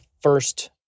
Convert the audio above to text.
first